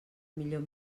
millor